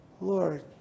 Lord